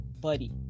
buddy